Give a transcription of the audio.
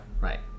Right